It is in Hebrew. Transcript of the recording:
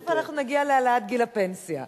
תיכף אנחנו נגיע להעלאת גיל הפנסיה.